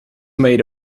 made